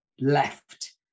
left